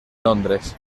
londres